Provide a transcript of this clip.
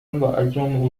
اجرام